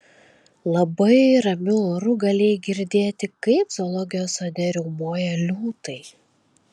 labai ramiu oru galėjai girdėti kaip zoologijos sode riaumoja liūtai